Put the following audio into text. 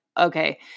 okay